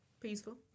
Peaceful